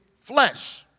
flesh